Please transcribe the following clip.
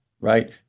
right